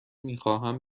میخواهم